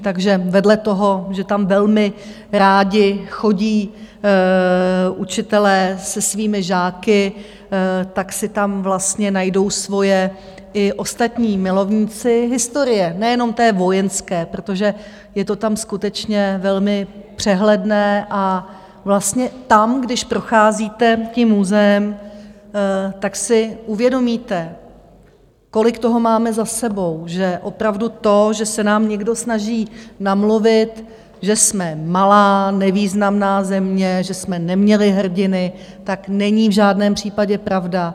Takže vedle toho, že tam velmi rádi chodí učitelé se svými žáky, tak si tam vlastně najdou svoje i ostatní milovníci historie, nejenom té vojenské, protože je to tam skutečně velmi přehledné a vlastně tam, když procházíte tím muzeem, tak si uvědomíte, kolik toho máme za sebou, Že opravdu to, že se nám někdo snaží namluvit, že jsme malá nevýznamná země, že jsme neměli hrdiny, není v žádném případě pravda.